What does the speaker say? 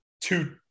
two